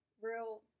real